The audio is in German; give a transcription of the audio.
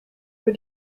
für